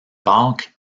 pâques